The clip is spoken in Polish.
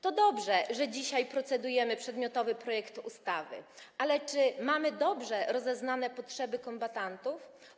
To dobrze, że dzisiaj procedujemy nad przedmiotowym projektem ustawy, ale czy mamy dobrze rozeznane potrzeby kombatantów?